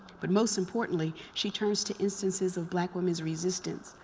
but most importantly, she turns to instances of black women's resistance,